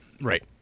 Right